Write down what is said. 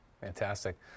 Fantastic